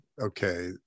okay